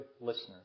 listeners